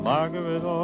Margaret